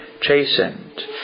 chastened